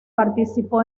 participó